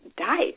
died